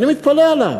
אני מתפלא עליו.